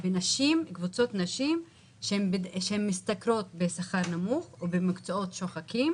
בקבוצות נשים שמשתכרות שכר נמוך או נמצאות במקצועות שוחקים